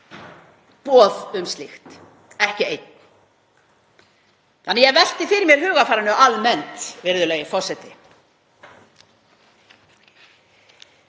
boð um slíkt, ekki einn, þannig að ég velti fyrir mér hugarfarinu almennt, virðulegi forseti.